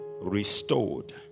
restored